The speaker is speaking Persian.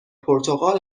پرتغال